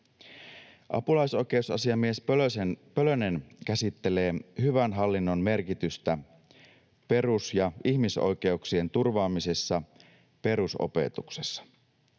Apulaisoikeusasiamies Pölönen käsittelee hyvän hallinnon merkitystä perus- ja ihmisoikeuksien turvaamisessa perusopetuksessa.